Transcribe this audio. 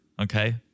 Okay